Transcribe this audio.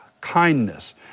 kindness